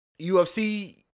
UFC